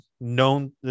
known